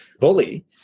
bully